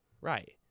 Right